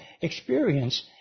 experience